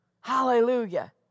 Hallelujah